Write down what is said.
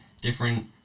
different